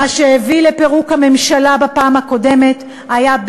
מה שהביא לפירוק הממשלה בפעם הקודמת היה,